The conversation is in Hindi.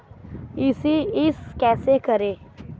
ई.सी.एस कैसे करें?